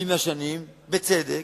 בצדק,